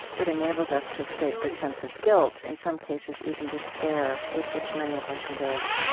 it enables us to escape the sense of guilt, in some cases even despair with which many of us live.